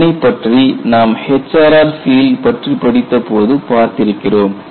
இதனைப்பற்றி நாம் HRR field பற்றி படித்தபோது பார்த்திருக்கிறோம்